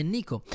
Nico